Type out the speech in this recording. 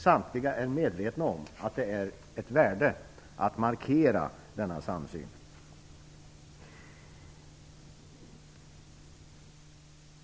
Samtliga är medvetna om att det ligger ett värde i att markera denna samsyn.